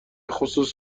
خصوص